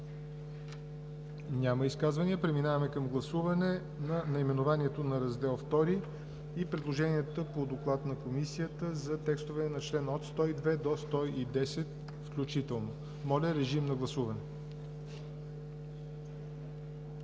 Няма изказвания. Преминаваме към гласуване на наименованието на Раздел II и предложенията по доклада на Комисията за текстовете на чл. 102 – 110 включително. Моля, гласувайте.